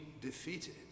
defeated